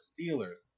steelers